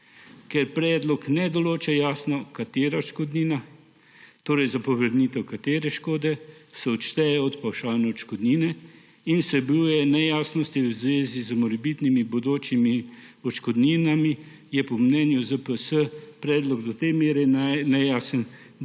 Ker predlog ne določa jasno, katera odškodnina, za povrnitev katere škode se odšteje od pavšalne odškodnine, in vsebuje nejasnosti v zvezi z morebitnimi bodočimi odškodninami, je po mnenju ZPS predlog do te mere nejasen,